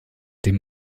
dem